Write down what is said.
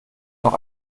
noch